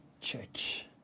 church